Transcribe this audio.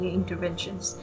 interventions